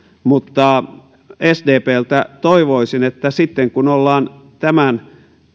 mutta sdpltä toivoisin että sitten kun ollaan tämän